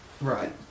Right